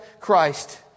Christ